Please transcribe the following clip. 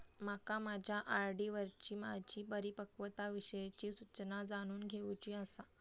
माका माझ्या आर.डी वरची माझी परिपक्वता विषयची सूचना जाणून घेवुची आसा